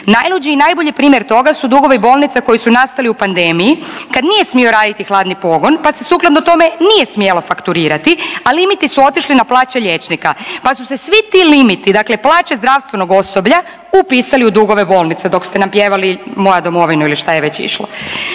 Najluđi i najbolji primjer toga su dugovi bolnica koji su nastali u pandemiji kad nije smio raditi hladni pogon, pa se sukladno tome nije smjelo fakturirati, a limiti su otišli na plaće liječnika. Pa su se svi ti limiti, dakle plaće zdravstvenog osoblja upisali u dugove bolnica dok ste nam pjevali moja Domovino ili šta je već išlo.